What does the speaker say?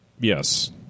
Yes